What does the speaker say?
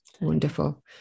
Wonderful